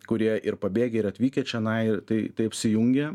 kurie ir pabėgę ir atvykę čionai tai tai apsijungė